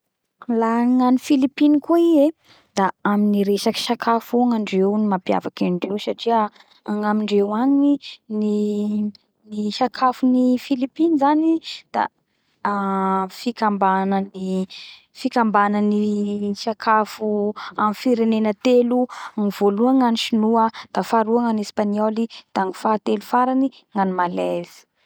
La gnany Philipiny koa i e da amy resaky sakafo koa gnandreo mapiavaky andreo satria amindreo agny ny sakafo ny philipiny zany da fikambanan'ny sakafo fikambanany sakafo amy firenena telo. Ny volohany ny an'ny Sonoa, da faharoa gnany Espagnoly da ny fahatelo farany gnany Malezy.